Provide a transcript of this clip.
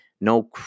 no